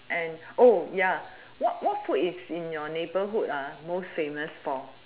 and ya what what most food is in your neighbourhood ah most famous for